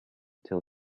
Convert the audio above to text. till